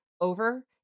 over